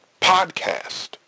podcast